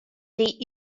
they